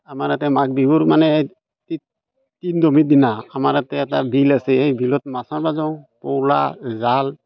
আমাৰ ইয়াতে মাঘ বিহুৰ মানে তি তিন দোমাহী দিনা আমাৰ ইয়াতে এটা বিল আছে সেই বিলত মাছ মাৰিব যাওঁ পোলা জাল